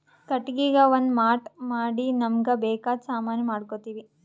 ಕಟ್ಟಿಗಿಗಾ ಒಂದ್ ಮಾಟ್ ಮಾಡಿ ನಮ್ಮ್ಗ್ ಬೇಕಾದ್ ಸಾಮಾನಿ ಮಾಡ್ಕೋತೀವಿ